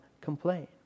complain